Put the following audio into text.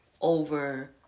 over